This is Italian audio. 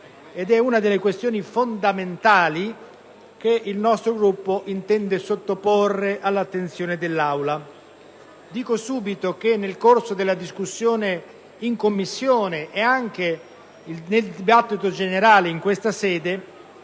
una delle questioni fondamentali che il nostro Gruppo intende sottoporre all'attenzione dell'Aula. Dico subito che nel corso della discussione in Commissione e della discussione generale in questa sede